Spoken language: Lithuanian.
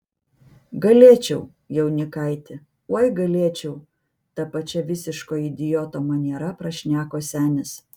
galėčiau jaunikaiti oi galėčiau ta pačia visiško idioto maniera prašneko senis